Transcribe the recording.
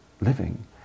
living